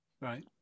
right